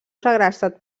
segrestat